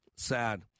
sad